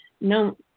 no